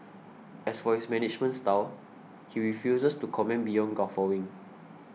as for his management style he refuses to comment beyond guffawing